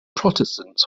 protestants